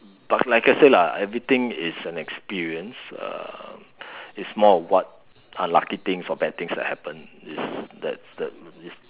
but like I said lah everything is an experience um is more of what unlucky things or bad things that happen is that that is